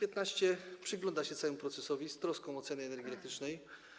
Kukiz’15 przygląda się całemu procesowi z troską o cenę energii elektrycznej.